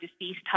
deceased